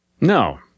No